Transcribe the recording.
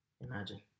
Imagine